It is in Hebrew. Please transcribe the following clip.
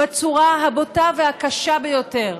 בצורה הבוטה והקשה ביותר: